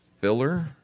filler